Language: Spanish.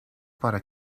para